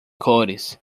cores